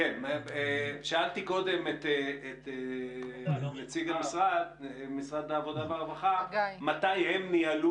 שאלתי קודם את נציג משרד העבודה והרווחה מתי הם ניהלו